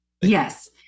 Yes